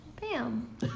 bam